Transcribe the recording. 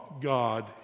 God